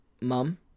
mum